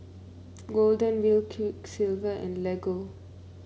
Golden Wheel Quiksilver and Lego